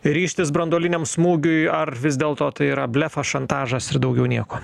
ryžtis branduoliniam smūgiui ar vis dėlto tai yra blefas šantažas ir daugiau nieko